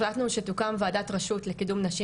החלטנו שתוקם ועדת רשות לקידום נשים